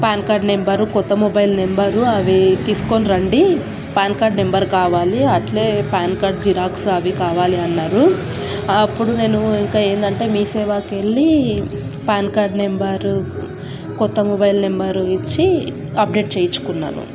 pan card number క్రొత్త mobile number అవి తీసుకొని రండి పాన్ కార్డ్ నెంబర్ కావాలి అట్లే పాన్ కార్డ్ జిరాక్స్ అవి కావాలి అన్నారు అప్పుడు నేను ఇంకా ఏందంటే మీ సేవాకి వెళ్ళి పాన్ కార్డ్ నెంబరు క్రొత్త మొబైల్ నెంబరు ఇచ్చి అప్డేట్ చేయించుకున్నారు